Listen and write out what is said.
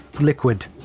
liquid